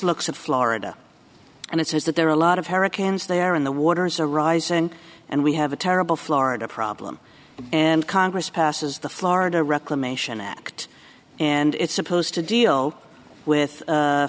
looks at florida and it says that there are a lot of hurricanes there in the waters are rising and we have a terrible florida problem and congress passes the florida reclamation act and it's supposed to deal with